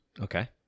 okay